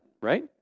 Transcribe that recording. right